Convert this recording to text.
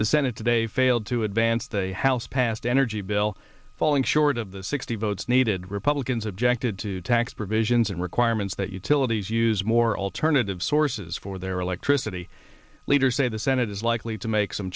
the senate today failed to advance the house passed energy bill falling short of the sixty votes needed republicans objected to tax provisions and requirements that utilities use more alternative sources for their electricity leaders say the senate is likely to make some